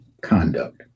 conduct